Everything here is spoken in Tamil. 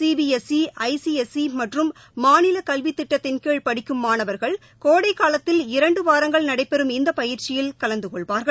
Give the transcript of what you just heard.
CBSE I C S E மற்றும் மாநில கல்வித் திட்டத்தின் கீழ் படிக்கும் மாணவர்கள் கோடை காலத்தில் இரண்டு வாரங்கள்நடைபெறும் இந்த பயிற்சியில் கலந்துகொள்வார்கள்